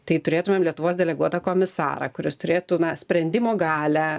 tai turėtumėm lietuvos deleguotą komisarą kuris turėtų na sprendimo galią